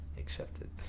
Accepted